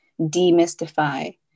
demystify